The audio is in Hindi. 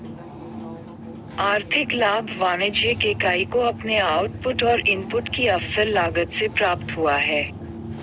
आर्थिक लाभ वाणिज्यिक इकाई को अपने आउटपुट और इनपुट की अवसर लागत से प्राप्त हुआ है